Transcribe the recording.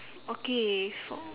okay for